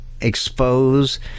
expose